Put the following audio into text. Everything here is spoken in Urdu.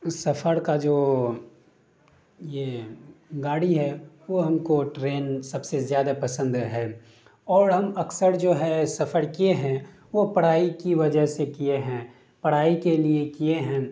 سفر کا جو یہ گاڑی ہے وہ ہم کو ٹرین سب سے زیادہ پسند ہے اور ہم اکثر جو ہے سفر کیے ہیں وہ پڑھائی کی وجہ سے کیے ہیں پڑھائی کے لیے کیے ہیں